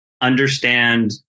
Understand